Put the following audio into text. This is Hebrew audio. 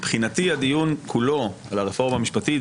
מבחינתי הדיון כולו על הרפורמה משפטית,